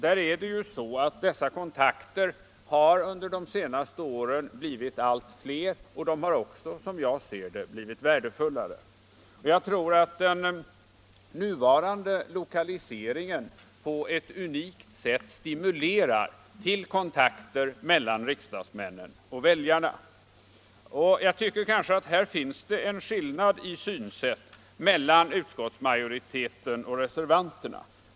Där är det ju så, att dessa kontakter under de senaste åren har blivit allt fler. De har också, som jag ser det, blivit allt värdefullare. Jag tror att den nuvarande lokaliseringen på ett unikt sätt stimulerar till kontakter mellan riksdagsmännen och väljarna. Här finns det, tycker jag, en skillnad i synsätt mellan utskottsmajoriteten och reservanterna.